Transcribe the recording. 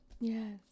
Yes